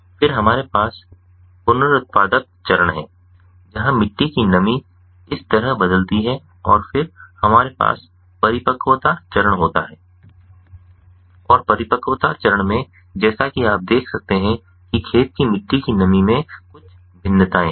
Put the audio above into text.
फिर हमारे पास पुनस्र्त्पादक चरण है जहां मिट्टी की नमी इस तरह बदलती है और फिर हमारे पास परिपक्वता चरण होता है और परिपक्वता चरण में जैसा कि आप देख सकते हैं कि खेत की मिट्टी की नमी में कुछ भिन्नताएं हैं